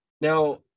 Now